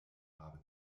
haben